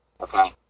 Okay